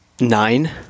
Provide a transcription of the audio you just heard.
nine